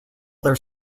will